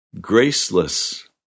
Graceless